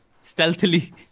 stealthily